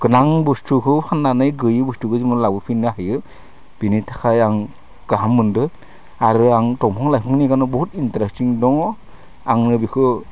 गोनां बुस्थुखौ फाननानै गैयै बुस्थुखौ गैयै बुस्थुखौ जोंबो लाबो फिननो हायो बिनि थाखाय आं गाहाम मोनदो आरो आं दंफां लाइफांनि गोनां बहुद इन्ट्रेसटिं दङ आंनो बेखौ